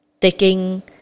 taking